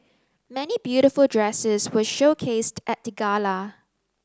many beautiful dresses were showcased at the gala